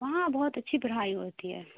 وہاں بہت اچھی پڑھائی ہوتی ہے